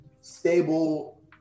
stable